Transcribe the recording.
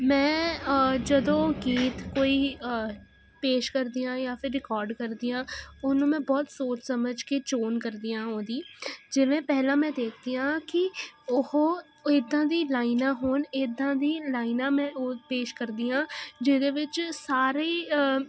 ਮੈਂ ਜਦੋਂ ਗੀਤ ਕੋਈ ਪੇਸ਼ ਕਰਦੀ ਹਾਂ ਜਾਂ ਫਿਰ ਰਿਕਾਰਡ ਕਰਦੀ ਹਾਂ ਉਹਨੂੰ ਮੈਂ ਬਹੁਤ ਸੋਚ ਸਮਝ ਕੇ ਚੋਣ ਕਰਦੀ ਹਾਂ ਉਹਦੀ ਜਿਵੇਂ ਪਹਿਲਾਂ ਮੈਂ ਦੇਖਦੀ ਹਾਂ ਕਿ ਉਹ ਇੱਦਾਂ ਦੀ ਲਾਈਨ ਆ ਹੁਣ ਇੱਦਾਂ ਦੀ ਲਾਈਨਾਂ ਮੈਂ ਉਹ ਪੇਸ਼ ਕਰਦੀ ਹਾਂ ਜਿਹਦੇ ਵਿੱਚ ਸਾਰੇ ਹੀ